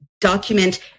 document